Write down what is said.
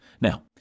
Now